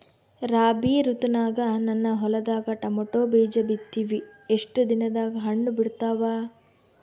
ರಾಬಿ ಋತುನಾಗ ನನ್ನ ಹೊಲದಾಗ ಟೊಮೇಟೊ ಬೀಜ ಬಿತ್ತಿವಿ, ಎಷ್ಟು ದಿನದಾಗ ಹಣ್ಣ ಬಿಡ್ತಾವ?